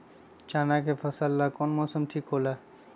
चाना के फसल ला कौन मौसम ठीक होला?